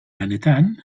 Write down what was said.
lanetan